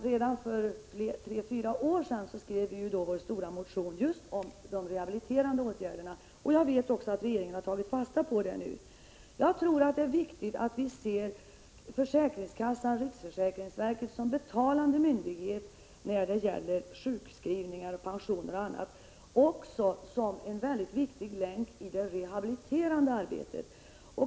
Redan för tre eller fyra år sedan skrev vi vår motion just om de rehabiliterande åtgärderna, och jag vet också att regeringen har tagit fasta på förslagen nu. Jag tror det är viktigt att se försäkringskassan/riksförsäkringsverket som betalande myndighet när det gäller sjukskrivningar, pensioner och annat och som en viktig länk i det rehabiliterande arbetet.